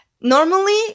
Normally